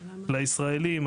לישראליים.